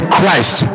Christ